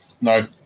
No